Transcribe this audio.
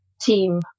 team